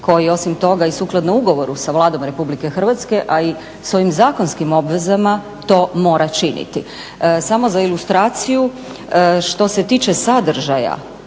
koji osim toga i sukladno ugovoru sa Vladom RH a i sa ovim zakonskim obvezama to mora činiti. Samo za ilustraciju. Što se tiče sadržaja